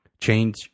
change